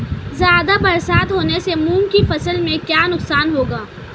ज़्यादा बरसात होने से मूंग की फसल में क्या नुकसान होगा?